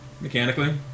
Mechanically